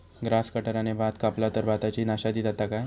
Grass कटराने भात कपला तर भाताची नाशादी जाता काय?